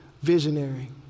visionary